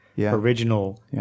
original